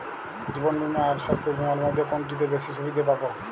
জীবন বীমা আর স্বাস্থ্য বীমার মধ্যে কোনটিতে বেশী সুবিধে পাব?